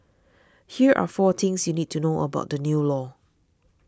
here are four things you need to know about the new law